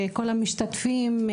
וכל המשתתפים,